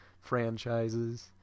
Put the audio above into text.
franchises